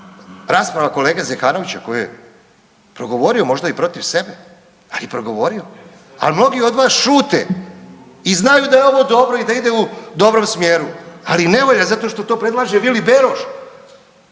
rasprava kolege Zekanovića koji je progovorio možda i protiv sebe, ali je progovorio, al mnogi od vas šute i znaju da je ovo dobro i da idu u dobrom smjeru, ali ne valja zato što to predlaže Vili Beroš,